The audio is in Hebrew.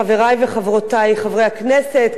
חברי וחברותי חברי הכנסת,